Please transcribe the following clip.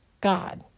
God